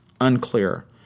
Unclear